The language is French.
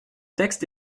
texte